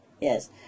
yes